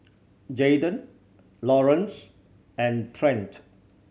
Jaden Laurance and Trent